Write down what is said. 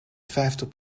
vijftig